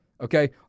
okay